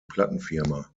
plattenfirma